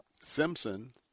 Simpson